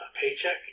paycheck